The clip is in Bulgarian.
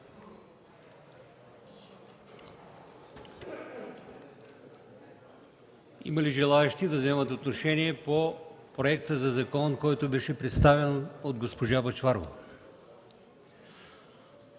Има ли желаещи да вземат отношение по законопроекта, който беше представен от госпожа Бъчварова?